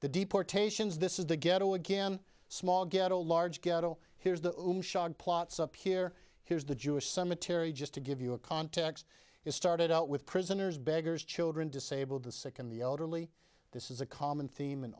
the deportations this is the ghetto again small ghetto large ghetto here's the plots up here here's the jewish cemetery just to give you a context it started out with prisoners beggars children disabled the second the elderly this is a common theme